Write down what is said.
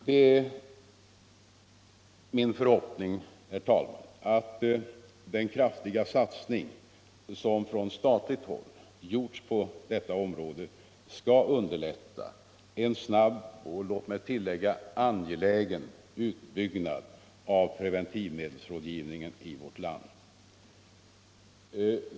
Det är min förhoppning, herr talman, att den kraftiga satsning som från statligt håll gjorts på detta område skall underlätta en snabb och — låt mig tillägga det — angelägen utbyggnad av preventivmedelsrådgivningen i vårt land.